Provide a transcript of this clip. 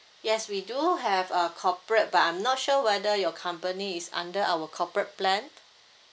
yes we do have uh corporate but I'm not sure whether your company is under our corporate plan